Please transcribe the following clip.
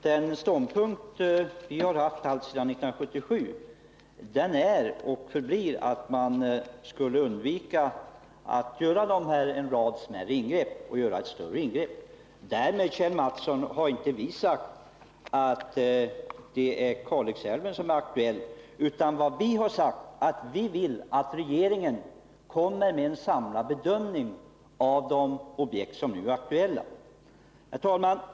Herr talman! Den ståndpunkt vi har haft alltsedan 1977 är och förblir att man skall undvika att göra en rad smärre ingrepp och i stället göra ett större. Därmed, Kjell Mattsson, har vi inte sagt att det är fråga om Kalix älv, utan vi vill att regeringen kommer med en samlad bedömning av de objekt som nu är aktuella.